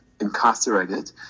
incarcerated